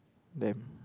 damn